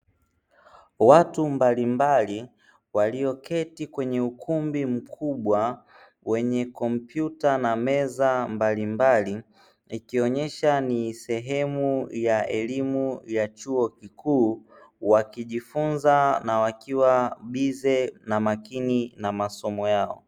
Watu mbali mbali walioketi kwenye ukumbi mkubwa wenye kompyuta na meza mbali mbali, ikionesha ni sehemu ya elimu ya chuo kikuu wakijifunza na wakiwa bize na makini na masomo yao.